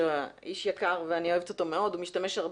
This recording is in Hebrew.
איש יקר ואני אוהבת אותו מאוד,